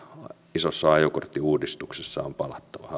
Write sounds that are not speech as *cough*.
isossa ajokorttiuudistuksessa on palattava *unintelligible*